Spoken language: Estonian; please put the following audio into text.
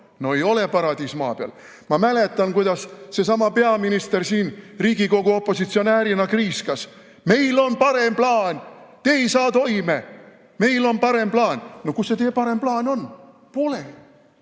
No ei ole paradiis maa peal. Ma mäletan, kuidas seesama peaminister siin Riigikogu opositsionäärina kriiskas: meil on parem plaan! Te ei saa toime, meil on parem plaan! No kus see teie parem plaan on? Pole!